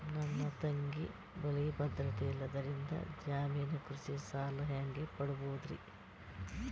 ನನ್ನ ತಂಗಿ ಬಲ್ಲಿ ಭದ್ರತೆ ಇಲ್ಲದಿದ್ದರ, ಜಾಮೀನು ಕೃಷಿ ಸಾಲ ಹೆಂಗ ಪಡಿಬೋದರಿ?